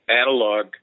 analog